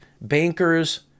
bankers